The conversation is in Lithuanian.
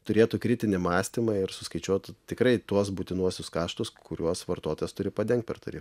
turėtų kritinį mąstymą ir suskaičiuotų tikrai tuos būtinuosius kaštus kuriuos vartotojas turi padengti per tarifą